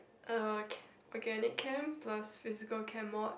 uh che~ organic chem plus physical chem mod